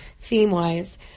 theme-wise